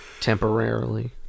temporarily